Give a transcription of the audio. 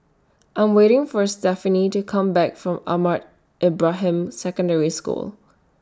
I Am waiting For Stephanie to Come Back from Ahmad Ibrahim Secondary School